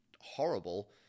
horrible